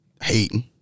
hating